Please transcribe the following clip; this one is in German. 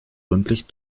rundlich